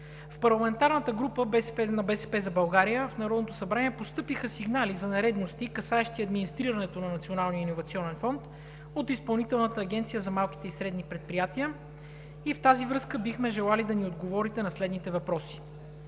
В парламентарната група на „БСП за България“ в Народното събрание постъпиха сигнали за нередности, касаещи администрирането на Националния иновационен фонд, от Изпълнителната агенция за малки и средни предприятия. В тази връзка бихме желали да ни отговорите на следните въпроси: